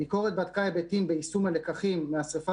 הביקורת בדקה היבטים ביישום הלקחים מהשרפה